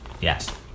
Yes